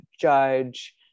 judge